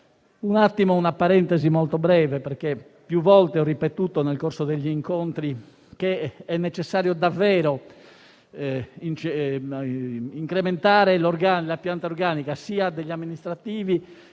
aprirei una parentesi molto breve, perché più volte ho ripetuto nel corso degli incontri che è davvero necessario incrementare la pianta organica sia degli amministrativi